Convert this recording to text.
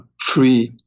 free